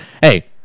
Hey